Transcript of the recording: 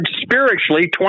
spiritually